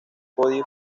cody